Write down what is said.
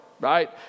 right